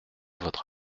votre